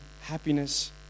happiness